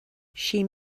she